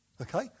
Okay